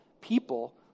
people